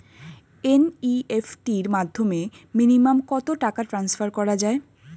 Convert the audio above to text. NEFT র মাধ্যমে minimum কত টাকা ট্রান্সফার করা যায়?